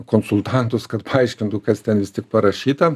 konsultantus kad paaiškintų kas ten vis tik parašyta